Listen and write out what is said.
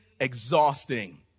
exhausting